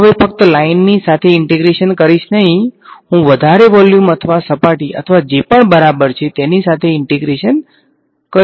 હું હવે ફક્ત લાઇનની સાથે ઈંટેગ્રેશન કરીશ નહી હું વધારે વોલ્યુમ અથવા સપાટી અથવા જે પણ બરાબર છે તેની સાથે ઈંટેગ્રેશન કરી શકીશ